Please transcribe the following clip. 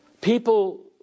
People